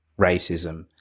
racism